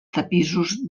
tapissos